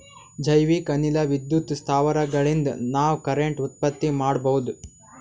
ಜೈವಿಕ್ ಅನಿಲ ವಿದ್ಯುತ್ ಸ್ಥಾವರಗಳಿನ್ದ ನಾವ್ ಕರೆಂಟ್ ಉತ್ಪತ್ತಿ ಮಾಡಬಹುದ್